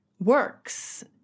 Works